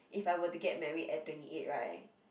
if I were to get married at twenty eight [right]